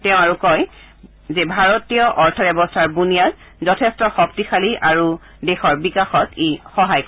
তেওঁ আৰু কয় যে ভাৰতীয় অৰ্থ ব্যৱস্থাৰ বুনিয়াদ যথেষ্ট শক্তিশালী আৰু দেশৰ বিকাশত ই সহায় কৰিব